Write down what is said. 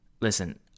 Listen